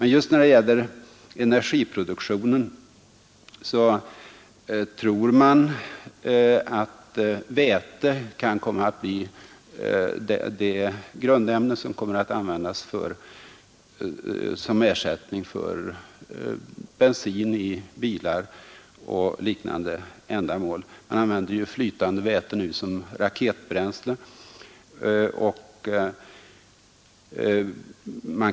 När det gäller energiproduktionen tror man att väte kan komma att bli det grundämne som kommer att användas som ersättning för bensin i bilar och för liknande ändamål. Flytande väte används nu som raketbränsle.